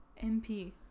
MP